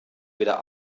wieder